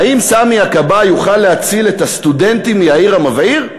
האם סמי כבאי יוכל להציל את הסטודנטים מיאיר המבעיר?